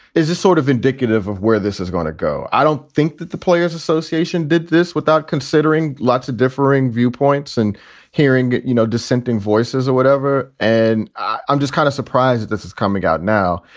is this sort of indicative of where this is going to go? i don't think that the players association did this without considering lots of differing viewpoints and hearing, you know, dissenting voices or whatever. and i'm just kind of surprised that this is coming out now.